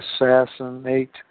assassinate